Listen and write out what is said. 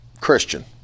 Christian